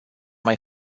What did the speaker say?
mai